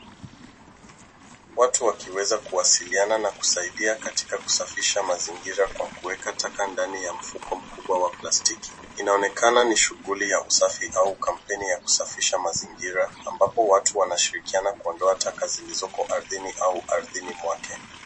Watu wakiweza kuwasiliana na kusaidia katika kusafisha mazingira kwa kuweka taka ndani ya mfuko mkubwa wa plastiki. Inaonekana ni shughuli ya usafi au kampeni ya kusafisha mazingira ambapo watu wanashirikiana kuondia taka ziliko ardhini au ardhini mwake.